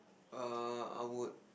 err I would